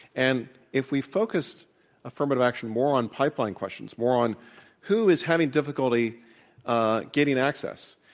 and if we focused affirmative action more on pipeline questions, more on who is having difficulty ah getting access?